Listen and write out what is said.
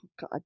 god